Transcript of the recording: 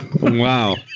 Wow